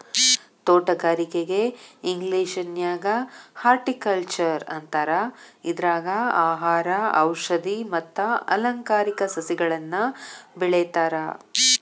ತೋಟಗಾರಿಕೆಗೆ ಇಂಗ್ಲೇಷನ್ಯಾಗ ಹಾರ್ಟಿಕಲ್ಟ್ನರ್ ಅಂತಾರ, ಇದ್ರಾಗ ಆಹಾರ, ಔಷದಿ ಮತ್ತ ಅಲಂಕಾರಿಕ ಸಸಿಗಳನ್ನ ಬೆಳೇತಾರ